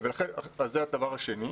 שלישית,